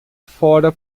fora